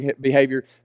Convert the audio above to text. behavior